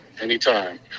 anytime